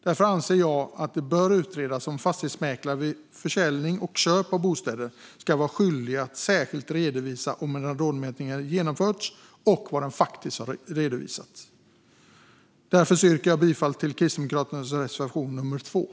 Jag anser därför att det bör utredas om fastighetsmäklare vid försäljning och köp av bostäder ska vara skyldiga att särskilt redovisa om en radonmätning har genomförts och vad den har visat. Jag yrkar av den anledningen bifall till reservation 2 från Kristdemokraterna.